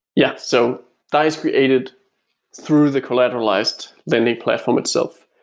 yeah. so dai is created through the collateralized lending platform itself.